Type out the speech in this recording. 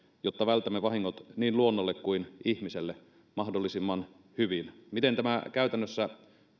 jotta vältämme vahingot niin luonnolle kuin ihmiselle mahdollisimman hyvin miten tämä käytännössä